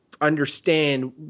understand